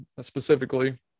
specifically